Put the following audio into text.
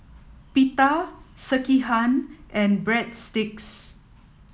Pita Sekihan and Breadsticks